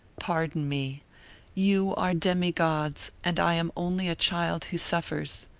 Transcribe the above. pardon me you are demi-gods and i am only a child who suffers.